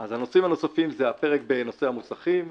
הנושאים הנוספים זה הפרק בנושא המוסכים,